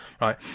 right